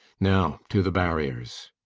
now to the barriers.